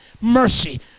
mercy